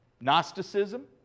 Gnosticism